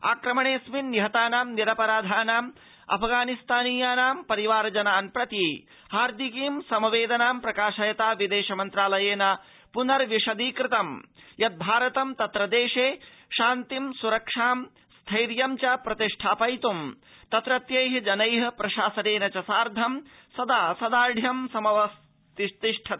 आक्रमणेऽस्मिन् निहतानां निरपराधानाम् अफगानिस्तानीयानां परिवार जनान् प्रति हार्दिकीं सम वेदनां प्रकाशयता विदेश मन्त्रालयेन पुनर्विशदीकृतं यद् भारतं तत्र देशे शान्तिं सुरक्षां स्थैर्यं च प्रतिष्ठापयित्ं तत्रत्यैः जनैः प्रशासनेन च सार्धं सदा सदाढर्यम् समवस्थास्यते